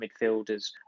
midfielders